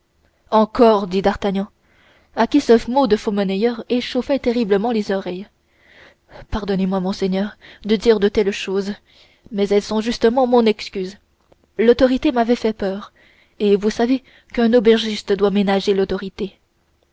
encore dit d'artagnan à qui ce mot de faux monnayeur échauffait terriblement les oreilles pardonnez-moi monseigneur de dire de telles choses mais elles sont justement mon excuse l'autorité m'avait fait peur et vous savez qu'un aubergiste doit ménager l'autorité